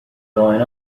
going